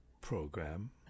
program